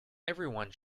everyone